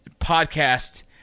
podcast